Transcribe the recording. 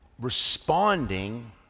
responding